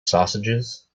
sausages